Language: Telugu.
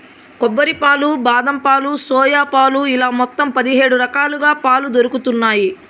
కొబ్బరి పాలు, బాదం పాలు, సోయా పాలు ఇలా మొత్తం పది హేడు రకాలుగా పాలు దొరుకుతన్నాయి